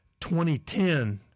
2010